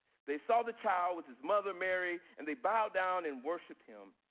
they saw the child with his mother mary and they bowed down and worshiped him.